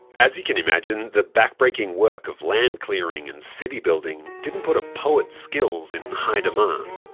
as you can imagine, the backbreaking work of land-clearing and city-building didn't put a poet's skills in high demand.